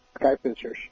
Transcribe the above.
Skyfishers